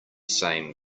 same